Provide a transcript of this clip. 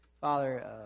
Father